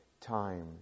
time